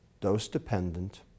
dose-dependent